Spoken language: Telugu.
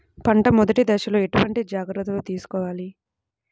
పంట మెదటి దశలో ఎటువంటి జాగ్రత్తలు తీసుకోవాలి?